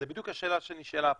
זאת בדיוק השאלה שנשאלה כאן.